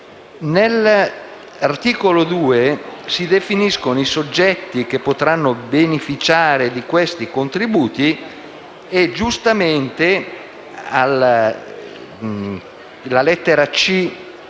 Nell'articolo 2 si definiscono i soggetti che potranno beneficiare di questi contributi e, giustamente, al punto 2)